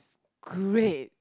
great